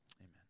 Amen